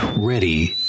ready